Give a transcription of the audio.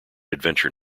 adventure